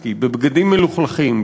בגינת-לוינסקי בבגדים מלוכלכים,